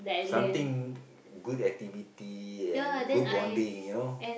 something good activity and good bonding you know